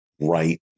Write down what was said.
right